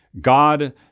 God